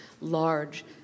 large